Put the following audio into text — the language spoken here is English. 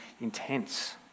intense